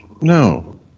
No